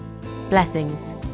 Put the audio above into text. Blessings